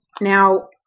Now